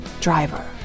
Driver